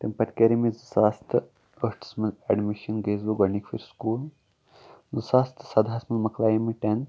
تَمہِ پَتہٕ کَرے مےٚ زٕ ساس تہٕ ٲٹھَس منٛز اٮ۪ڈمِشَن گٔیَس بہٕ گۄڈٕنِکۍ پھِرۍ سکوٗل زٕ ساس تہٕ سَدہَس منٛز مَکلایے مےٚ ٹٮ۪نتھ